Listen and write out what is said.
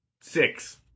Six